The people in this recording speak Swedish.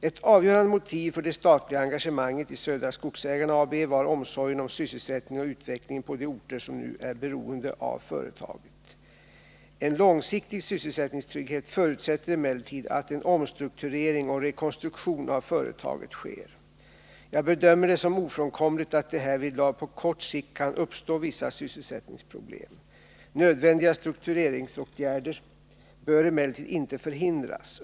Ett avgörande motiv för det statliga engagemanget i Södra Skogsägarna AB var omsorgen om sysselsättningen och utvecklingen på de orter som nu är beroende av företaget. En långsiktig sysselsättningstrygghet förutsätter emellertid att en omstrukturering och rekonstruktion av företaget sker. Jag bedömer det som ofrånkomligt att det härvidlag på kort sikt kan uppstå vissa sysselsättningsproblem. Nödvändiga struktureringsåtgärder bör emellertid inte förhindras.